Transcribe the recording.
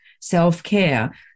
self-care